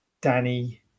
Danny